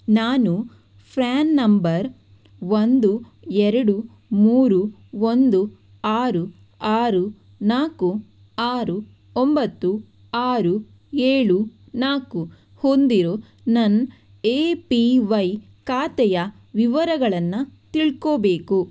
ನಾನು PRAN number ಒಂದು ಎರಡು ಮೂರು ಒಂದು ಆರು ಆರು ನಾಲ್ಕು ಆರು ಒಂಬತ್ತು ಆರು ಏಳು ನಾಲ್ಕು ಹೊಂದಿರೋ ನನ್ನ ಎ ಪಿ ವೈ ಖಾತೆಯ ವಿವರಗಳನ್ನು ತಿಳ್ಕೋಬೇಕು